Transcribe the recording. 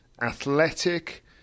athletic